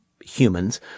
humans